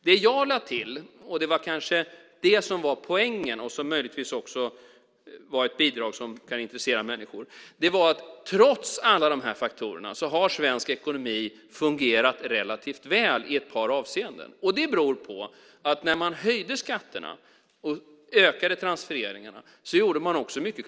Det jag lade till, och det var kanske det som var poängen och möjligtvis också ett bidrag som kan intressera människor, var att svensk ekonomi trots alla dessa faktorer har fungerat relativt väl i ett par avseenden, och det beror på att man när man höjde skatterna och ökade transfereringarna också gjorde många kloka saker.